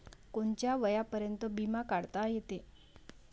कोनच्या वयापर्यंत बिमा काढता येते?